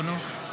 אדוני היושב-ראש.